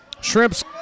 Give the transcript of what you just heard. Shrimps